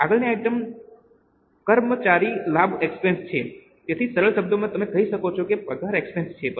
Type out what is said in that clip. આગળની આઇટમ કર્મચારી લાભ એક્સપેન્સ છે તેથી સરળ શબ્દોમાં તમે કહી શકો કે તે પગાર એક્સપેન્સ છે